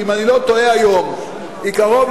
שאם אני לא טועה היום היא קרוב,